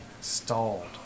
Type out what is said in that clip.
stalled